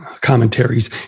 commentaries